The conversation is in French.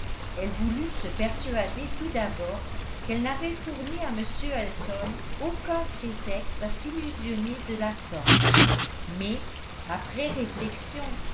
elle voulut se persuader tout d'abord qu'elle n'avait fourni à m elton aucun prétexte à s'illusionner de la sorte mais après réflexion